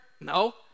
No